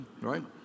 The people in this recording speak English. right